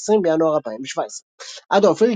20 בינואר 2017 עדה אופיר,